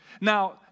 Now